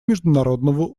международного